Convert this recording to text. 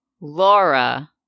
Laura